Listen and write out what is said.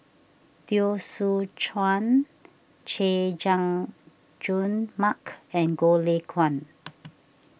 Teo Soon Chuan Chay Jung Jun Mark and Goh Lay Kuan